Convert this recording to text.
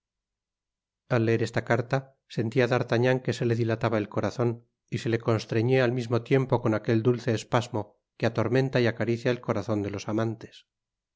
al leer esta carta sentia d'artagnan que se le dilataba el corazon y se le constreñia al mismo tiempo con aquel dulce espasmo que atormenta y acaricia el corazon de los amantes